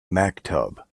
maktub